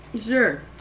Sure